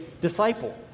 disciple